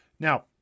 Now